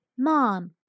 Mom